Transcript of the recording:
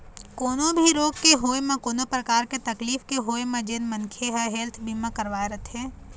कोनो भी रोग के होय म कोनो परकार के तकलीफ के होय म जेन मनखे ह हेल्थ बीमा करवाय रथे